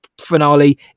finale